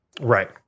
Right